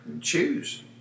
choose